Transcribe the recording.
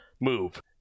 move